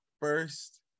first